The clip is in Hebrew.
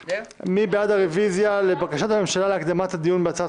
מי בעד בקשת יושב-ראש ועדת החוקה להקדמת הדיון בהצעת